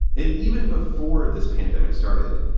and even before this pandemic started,